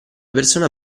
persona